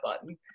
button